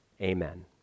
Amen